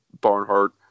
barnhart